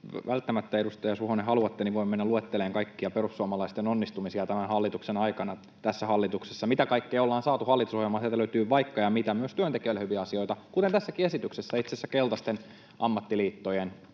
välttämättä, edustaja Suhonen, haluatte, niin voin mennä luettelemaan kaikkia perussuomalaisten onnistumisia tämän hallituksen aikana tässä hallituksessa, sitä, mitä kaikkea ollaan saatu hallitusohjelmaan. Sieltä löytyy vaikka ja mitä, myös työntekijöille hyviä asioita, kuten tässäkin esityksessä itse asiassa keltaisten ammattiliittojen